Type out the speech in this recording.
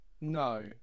No